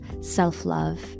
self-love